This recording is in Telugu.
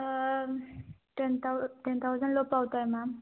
టెన్ థౌ టెన్ థౌజండ్ లోపు అవుతాయి మ్యామ్